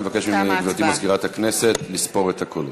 אני מבקש מגברתי מזכירת הכנסת לספור את הקולות.